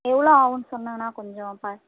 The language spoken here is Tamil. எவ்வளோ ஆவுன்னு சொன்னிங்கன்னா கொஞ்சம் ப